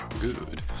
Good